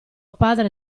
padre